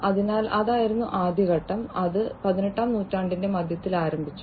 അതിനാൽ അതായിരുന്നു ആദ്യ ഘട്ടം അത് 18 ാം നൂറ്റാണ്ടിന്റെ മധ്യത്തിൽ ആരംഭിച്ചു